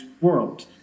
world